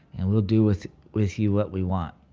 and we'll do with with you what we want